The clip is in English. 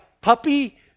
puppy